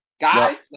Guys